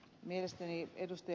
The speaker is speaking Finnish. mielestäni ed